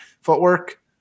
footwork